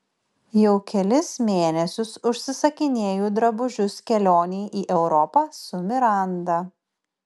jau kelis mėnesius užsisakinėju drabužius kelionei į europą su miranda